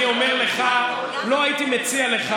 חבר הכנסת הרצנו, אני אומר לך, לא הייתי מציע לך,